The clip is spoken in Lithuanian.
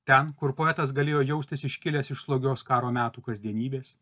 ten kur poetas galėjo jaustis iškilęs iš slogios karo metų kasdienybės